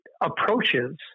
approaches